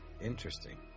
Interesting